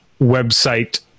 website